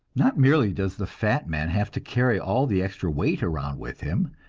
not merely does the fat man have to carry all the extra weight around with him,